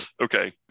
Okay